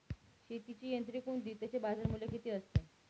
शेतीची यंत्रे कोणती? त्याचे बाजारमूल्य किती असते?